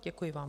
Děkuji vám.